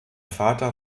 vater